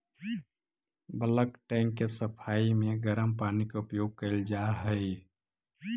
bulk tank के सफाई में गरम पानी के उपयोग कैल जा हई